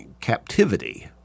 captivity